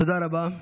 תודה רבה.